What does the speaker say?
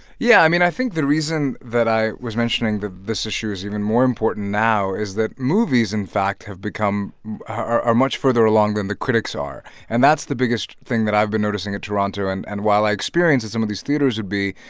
yeah. i mean, i think the reason that i was mentioning this issue is even more important now is that movies, in fact, have become are much further along than the critics are. and that's the biggest thing that i've been noticing in toronto. and and while i experience at some of these theaters would be,